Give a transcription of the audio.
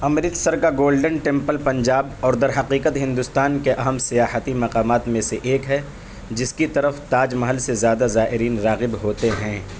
امرتسر کا golden temple Punjab اور درحقیقت ہندوستان کے اہم سیاحتی مقامات میں سے ایک ہے جس کی طرف تاج محل سے زیادہ زائرین راغب ہوتے ہیں